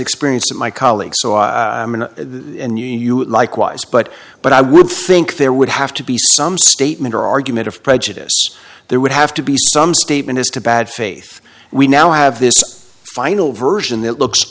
experienced in my colleagues so i knew you likewise but but i would think there would have to be some statement or argument of prejudice there would have to be some statement as to bad faith we now have this final version that looks